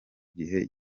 gihe